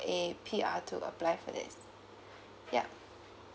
a P_R to apply for this ya